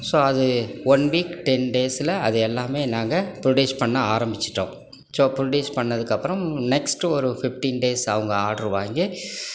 so அது one week ten டேஸில் அது எல்லாமே நாங்கள் ப்ரொட்யூஸ் பண்ண ஆரம்பிச்சுட்டோம் ஸோ ப்ரொட்யூஸ் பண்ணதுக்கப்புறம் நெக்ஸ்ட் ஒரு ஃபிஃப்டின் டேஸ் அவங்க ஆடர் வாங்கி